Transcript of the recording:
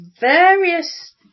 various